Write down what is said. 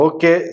Okay